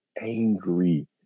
angry